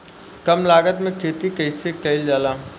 कम लागत में खेती कइसे कइल जाला?